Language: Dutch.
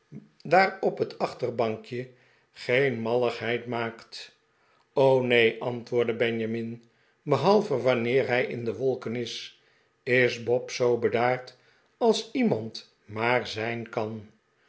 e koets je geen malligheid maakt rr o neen antwoordde benjamin be halve wanneer hij in de wolken is is bob zoo bedaard als iemand maar zijn kan